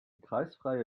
kreisfreie